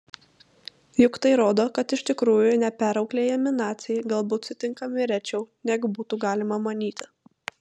juk tai rodo kad iš tikrųjų neperauklėjami naciai galbūt sutinkami rečiau negu būtų galima manyti